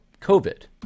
COVID